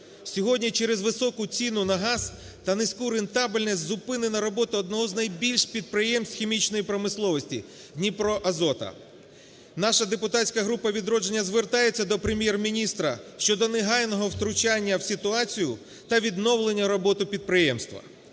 Сьогодні через високу ціну на газ та низьку рентабельність зупинено роботу одного з найбільших підприємств хімічної промисловості "ДніпроАзоту". Наша депутатська група "Відродження" звертається до Прем'єр-міністра щодо негайного втручання в ситуацію та відновлення роботи підприємства.